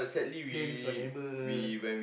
play with your neighbour